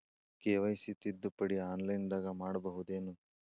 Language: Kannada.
ಕೆ.ವೈ.ಸಿ ತಿದ್ದುಪಡಿ ಆನ್ಲೈನದಾಗ್ ಮಾಡ್ಬಹುದೇನು?